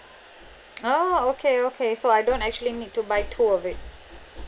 oh okay okay so I don't actually need to buy two of it